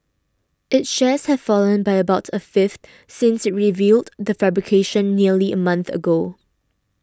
its shares have fallen by about a fifth since it revealed the fabrication nearly a month ago